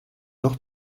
noch